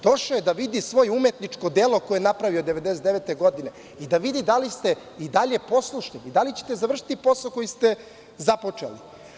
Došao je da vidi svoje umetničko delo koje je napravio 1999. godine, da vidi da li ste i dalje poslušni, da li ćete završiti posao koji ste započeli.